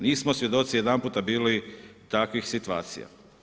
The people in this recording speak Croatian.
Nismo svjedoci jedanputa bili takvih situacija.